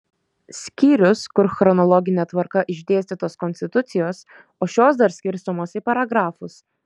skyrius kur chronologine tvarka išdėstytos konstitucijos o šios dar skirstomos į paragrafus